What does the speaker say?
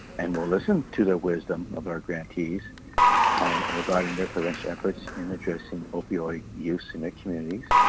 and we'll listen to the wisdom of our grantees regarding their prevention efforts in addressing opioid use in their communities.